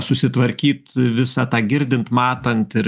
susitvarkyt visą tą girdint matant ir